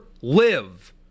live